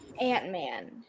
ant-man